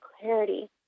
clarity